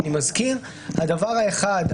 אני מזכיר הדבר האחד,